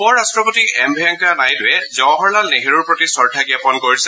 উপ ৰাট্টপতি এম ভেংকায়া নাইডুৰে জৱাহৰলাল নেহৰুৰ প্ৰতি শ্ৰদ্ধা জাপন কৰিছে